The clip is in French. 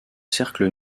cercle